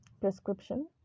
prescription